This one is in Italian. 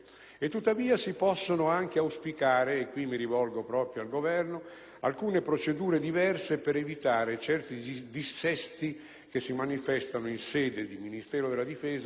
il 2009. Si possono anche auspicare, e qui mi rivolgo proprio al Governo, alcune procedure diverse per evitare certi dissesti che si manifestano in sede di Ministero della difesa